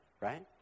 right